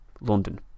London